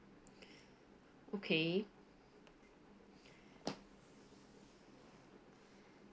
okay